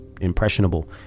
Impressionable